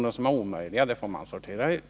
De som är orimliga får man sortera ut.